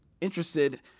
interested